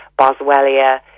boswellia